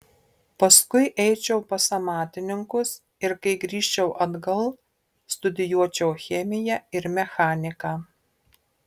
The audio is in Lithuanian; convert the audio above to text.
paskui eičiau pas amatininkus ir kai grįžčiau atgal studijuočiau chemiją ir mechaniką